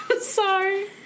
sorry